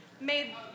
made